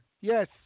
yes